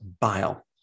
bile